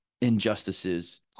injustices